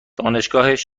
دانشگاهش